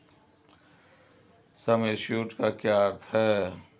सम assured का क्या अर्थ है?